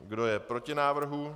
Kdo je proti návrhu?